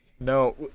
No